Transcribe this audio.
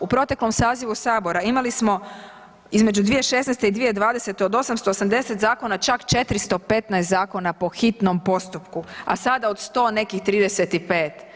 U proteklom sazivu sabora imali smo između 2016. i 2020. od 880 zakona čak 415 zakona po hitnom postupku, a sada od 100 nekih 35.